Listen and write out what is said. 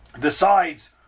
decides